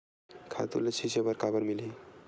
खातु ल छिंचे बर काबर मिलही?